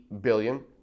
billion